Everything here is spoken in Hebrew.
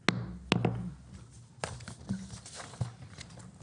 הישיבה ננעלה בשעה 10:35.